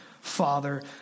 father